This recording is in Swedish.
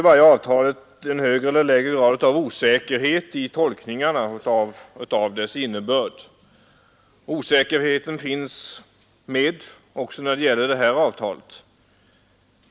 Varje avtal inrymmer tolkningssvårigheter, och sådana finns också här.